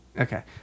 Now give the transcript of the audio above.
Okay